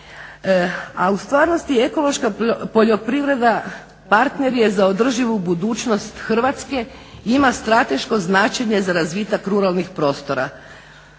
A u stvarnosti ekološka poljoprivreda partner je za održivu budućnost Hrvatske, ima strateško značenje za razvitak ruralnih prostora.